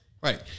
Right